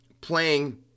playing